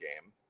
game